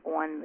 on